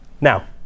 Now